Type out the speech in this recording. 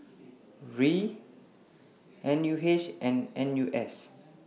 R I N U H and N U S